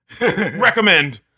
Recommend